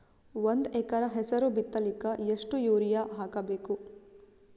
ಒಂದ್ ಎಕರ ಹೆಸರು ಬಿತ್ತಲಿಕ ಎಷ್ಟು ಯೂರಿಯ ಹಾಕಬೇಕು?